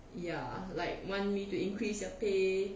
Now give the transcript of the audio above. ya like want me to increase your pay